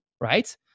right